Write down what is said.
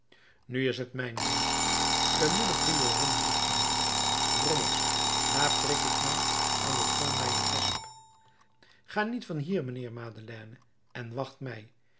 nu is t mijn beurt de moeder priorin roept mij drommels daar prik ik mij aan de tong mijner gesp ga niet van hier mijnheer madeleine en wacht mij